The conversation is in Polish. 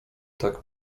tak